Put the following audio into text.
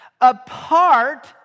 apart